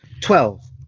Twelve